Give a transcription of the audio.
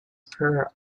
per